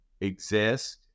exist